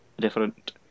different